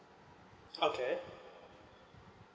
okay